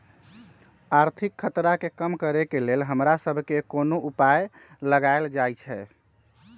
आर्थिक खतरा के कम करेके लेल हमरा सभके कोनो उपाय लगाएल जाइ छै